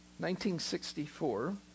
1964